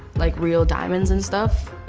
like real diamonds and stuff